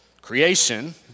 creation